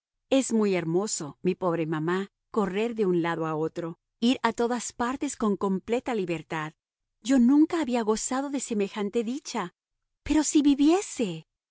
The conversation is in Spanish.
es muy hermoso mi pobre mamá correr de un lado a otro ir a todas partes con completa libertad yo nunca había gozado de semejante dicha pero si viviese